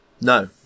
No